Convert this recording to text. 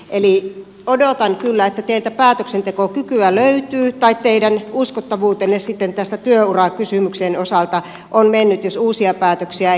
eli odotan kyllä että teiltä päätöksentekokykyä löytyy tai teidän uskottavuutenne tämän työurakysymyksen osalta on mennyt jos uusia päätöksiä ei tule